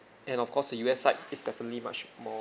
and of course the U_S is definitely much more